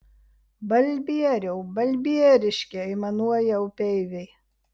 balbieriau balbieriški aimanuoja upeiviai